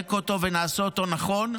ונדייק אותו ונעשה אותו נכון,